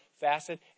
facet